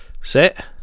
set